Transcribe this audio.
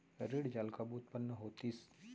ऋण जाल कब उत्पन्न होतिस?